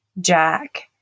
Jack